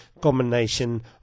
combination